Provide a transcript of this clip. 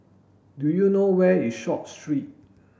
do you know where is Short Street